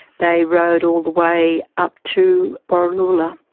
they rode all the way up to borroloola